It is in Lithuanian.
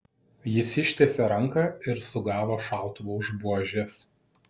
jis ištiesė ranką ir sugavo šautuvą už buožės